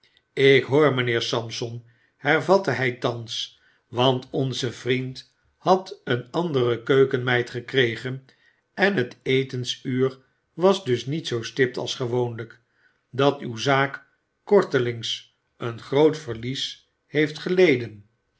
lk hoor mynheer sampson hervatte hy thans want onze vriend had een andere keukenmeid gekregen en het etensuur was dus niet zoo stipt als gewoonlyk datuw zaak kortelings een groot verlies heeft geleden